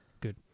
good